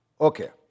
Okay